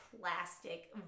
plastic